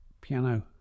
Piano